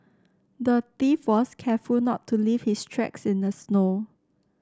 the thief was careful not to leave his tracks in the snow